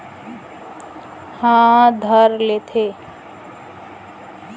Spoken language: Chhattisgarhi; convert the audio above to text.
दवई छींचे के बाद घलो थोकन दिन बाद म बन दिखे ल धर लेथे